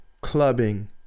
clubbing